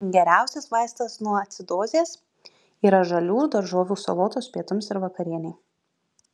geriausias vaistas nuo acidozės yra žalių daržovių salotos pietums ir vakarienei